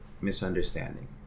misunderstanding